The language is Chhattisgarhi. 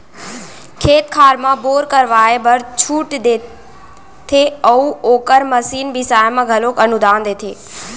खेत खार म बोर करवाए बर छूट देते अउ ओखर मसीन बिसाए म घलोक अनुदान देथे